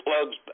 plugs